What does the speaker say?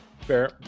fair